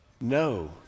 no